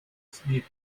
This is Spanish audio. smith